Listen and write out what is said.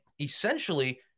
essentially